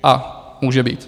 A může být.